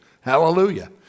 Hallelujah